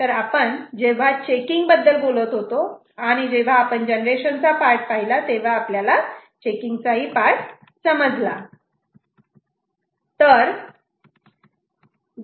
तर आपण जेव्हा चेकिंग बद्दल बोलत होतो आणि जेव्हा आपण जनरेशन चा पार्ट पाहिला तेव्हा आपल्याला चेकिंग चा पार्ट ही समजला आहे